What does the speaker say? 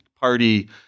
Party